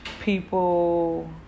people